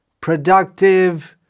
productive